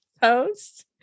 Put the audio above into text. post